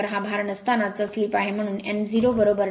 तर हा भार नसतानाचा स्लिप आहे म्हणून n099 rpm असेल